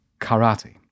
karate